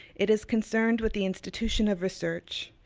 it is concerned with the institution of research,